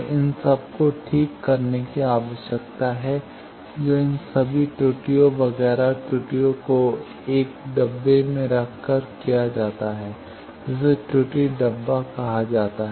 तो इन सबको ठीक करने की आवश्यकता है जो इन सभी त्रुटियों वगैरह त्रुटियों को एक डब्बा में रखकर किया जाता है जिसे त्रुटि डब्बा कहा जाता है